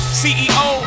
ceo